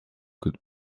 could